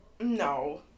no